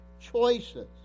choices